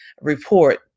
report